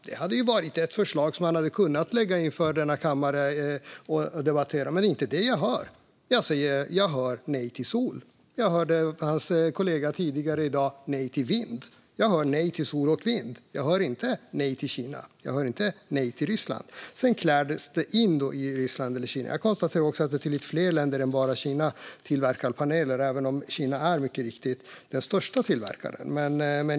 Det hade varit ett förslag som han hade kunnat lägga fram och debattera i denna kammare, men det är inte det jag hör. Jag hör: Nej till sol! Från hans kollega hörde jag tidigare i dag: Nej till vind! Jag hör: Nej till sol och vind! Jag hör inte: Nej till Kina! Jag hör inte: Nej till Ryssland! Sedan kläs det in i Ryssland eller Kina. Jag konstaterar också att betydligt fler länder än bara Kina tillverkar paneler, även om Kina mycket riktigt är den största tillverkaren.